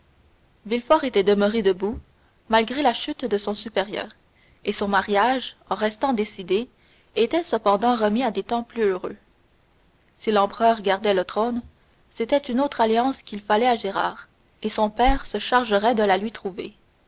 dantès villefort était demeuré debout malgré la chute de son supérieur et son mariage en restant décidé était cependant remis à des temps plus heureux si l'empereur gardait le trône c'était une autre alliance qu'il fallait à gérard et son père se chargerait de la lui trouver